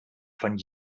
von